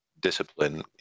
discipline